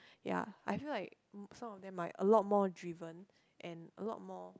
ya I feel like um some of them might a lot more driven and a lot more